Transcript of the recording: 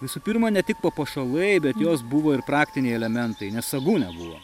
visų pirma ne tik papuošalai bet jos buvo ir praktiniai elementai nes sagų nebuvo